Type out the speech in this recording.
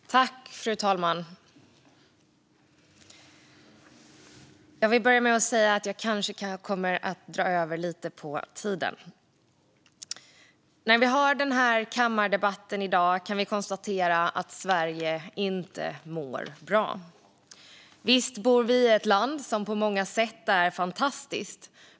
Skärpta straff för knivbrott Fru talman! Jag vill börja med att säga att jag kanske kommer att dra över lite på talartiden. När vi har den här kammardebatten i dag kan vi konstatera att Sverige inte mår bra. Visst bor vi i ett land som på många sätt är fantastiskt.